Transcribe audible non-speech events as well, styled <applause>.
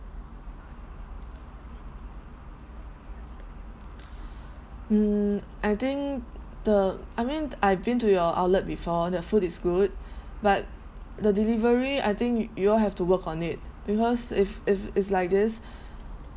mm I think the I mean I've been to your outlet before the food is good <breath> but the delivery I think you all have to work on it because if if it's like this